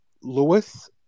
Lewis